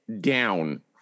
down